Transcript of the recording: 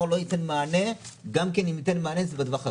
לא ייתן מענה וגם אם ייתן מענה זה בטווח הקצר.